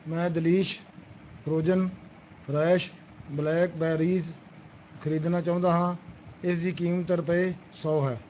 ਮੈਂ delish frozen fresh blackberries ਖਰੀਦਣਾ ਚਾਹੁੰਦਾ ਹਾਂ ਇਸ ਦੀ ਕੀਮਤ ਰੁਪਏ ਸੌ ਹੈ